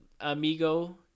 amigo